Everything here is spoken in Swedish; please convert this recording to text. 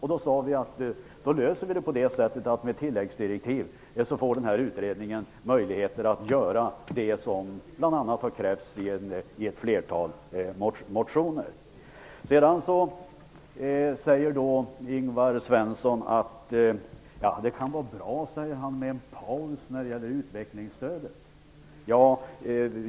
Vi sade då att det här borde lösas genom att ge utredningen tilläggsdirektiv som skulle ge utredningen möjlighet att genomföra det som bl.a. har krävts i ett flertal motioner. Ingvar Svensson säger också att det kan vara bra med en paus när det gäller utvecklingsstödet.